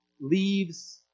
leaves